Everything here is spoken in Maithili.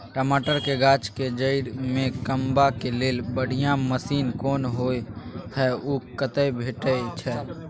टमाटर के गाछ के जईर में कमबा के लेल बढ़िया मसीन कोन होय है उ कतय भेटय छै?